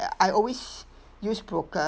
ya I always use broker